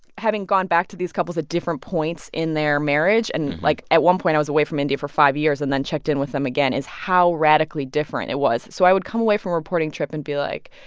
having gone back to these couples at different points in their marriage and, like, at one point, i was away from india for five years and then checked in with them again, is how radically different it was. so i would come away from a reporting trip and be like,